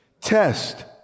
test